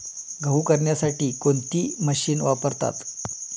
गहू करण्यासाठी कोणती मशीन वापरतात?